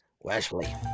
Wesley